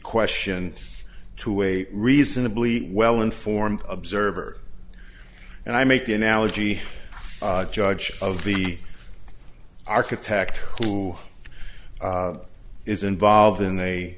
questioned to a reasonably well informed observer and i make the analogy judge of the architect who is involved in